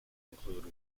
include